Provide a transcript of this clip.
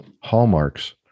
hallmarks